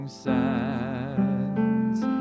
sands